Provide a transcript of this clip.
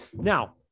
Now